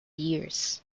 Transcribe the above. years